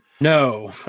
No